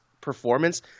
performance